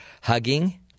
hugging